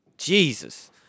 Jesus